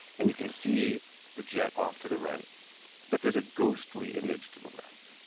and you can see the jet off to the right but there is a ghostly image to the left.